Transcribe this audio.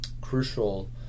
crucial